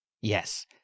Yes